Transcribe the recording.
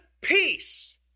peace